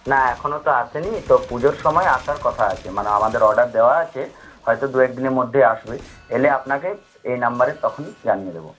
না এখনও তো আসেনি তো পুজোর সময় আসার কথা আছে মানে আমাদের অর্ডার দেওয়া আছে হয়তো দু একদিনের মধ্যেই আসবে এলে আপনাকে এই নম্বরে তখন জানিয়ে দেব